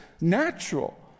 natural